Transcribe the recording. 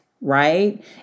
right